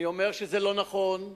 אני אומר שזה לא נכון.